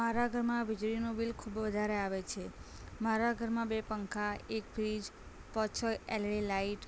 મારા ઘરમાં વીજળીનું બિલ ખૂબ વધારે આવે છે મારા ઘરમાં બે પંખા એક ફ્રિજ પાંચ છ એલઇડી લાઇટ